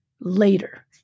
later